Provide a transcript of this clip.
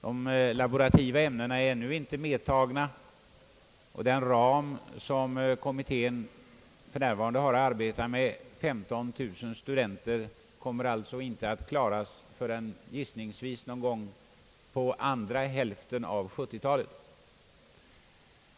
De laborativa ämnena är ännu inte medtagna, och den ram kommittén för närvarande har att arbeta med, 15 000 studenter, kommer alltså inte att klaras förrän gissningsvis någon gång på andra hälften av 1970-talet.